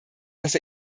dass